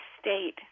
state